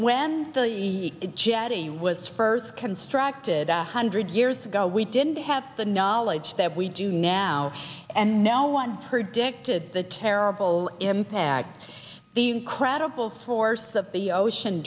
when the jetty was first constructed a hundred years ago we didn't have the knowledge that we do now and no one predicted the terrible impact credible force of the ocean